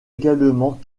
également